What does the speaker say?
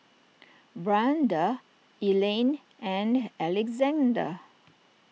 Brianda Elayne and Alexander